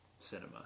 cinema